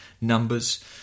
numbers